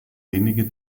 wenige